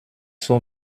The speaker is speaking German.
zur